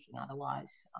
otherwise